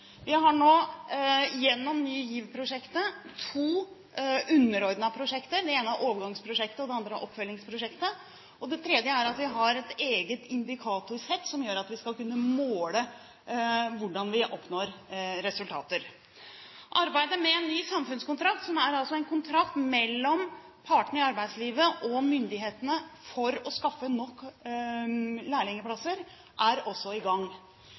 Vi har nå gjennom «Ny GIV»-prosjektet to underordnede prosjekter. Det ene er Overgangsprosjektet, og det andre er Oppfølgingsprosjektet, og det tredje er at vi har et eget indikatorsett som gjør at vi skal kunne måle hvordan vi oppnår resultater. Arbeidet med en ny samfunnskontrakt, som altså er en kontrakt mellom partene i arbeidslivet og myndighetene for å skaffe nok lærlingplasser, er også i gang.